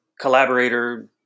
collaborator